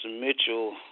Mitchell